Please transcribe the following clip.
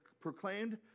proclaimed